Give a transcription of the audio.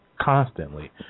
constantly